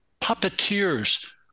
puppeteers